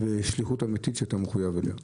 ושליחות אמיתית שאתה מחויב אליה.